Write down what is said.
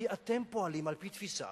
כי אתם פועלים על-פי תפיסה